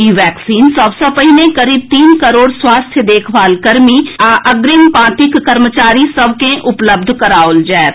ई vaccine सभ सँ पहिने करीब तीन करोड़ स्वास्थ्य देखभाल कर्मी आ अग्रिम पांतिक कर्मचारी सभ के उपलब्ध कराओल जाएत